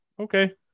Okay